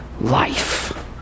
life